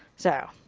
so.